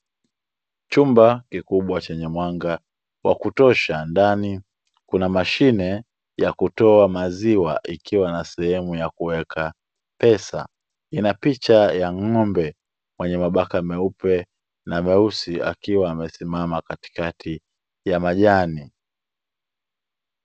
Chumba kikubwa chenye mwanga wa kutosha ndani kuna mashine ya kutoa maziwa ikiwa na sehemu ya kuweka pesa, ina picha ya ng'ombe mwenye mabaka meupe na meusi akiwa amesimama katikati ya majani.